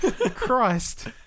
Christ